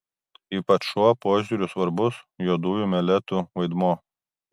ypač šuo požiūriu svarbus juodųjų meletų vaidmuo